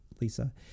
Lisa